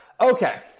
Okay